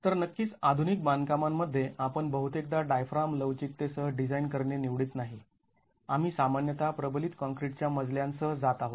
तर नक्कीच आधुनिक बांधकामांमध्ये आपण बहुतेकदा डायफ्राम लवचिकतेसह डिझाईन करणे निवडीत नाही आम्ही सामान्यतः प्रबलित काँक्रीट च्या मजल्यांसह जात आहोत